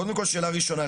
קודם כל, שאלה ראשונה.